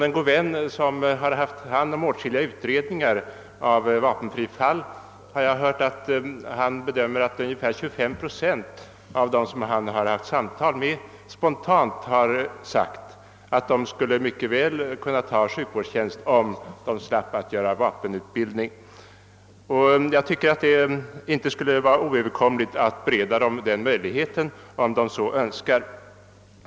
En god vän till mig, som haft hand om åtskilliga utredningar rörande fall av vapenfri tjänst, uppskattar att ungefär 25 procent av dem som han samtalat med spontant har förklarat att de mycket väl kunde tänka sig sjukvårdstjänst, om de bara sluppe vapenutbildningen, och jag tycker att det inte borde vara oöverkomligt att bereda dem denna möjlighet.